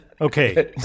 Okay